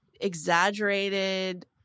exaggerated